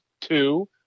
two